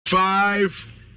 Five